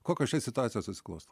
kokios čia situacijos susiklosto